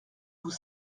vous